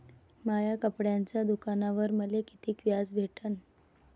माया कपड्याच्या दुकानावर मले कितीक व्याज भेटन?